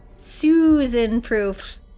Susan-proof